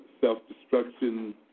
self-destruction